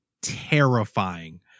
terrifying